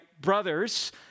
brothers